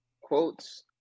quotes